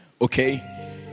okay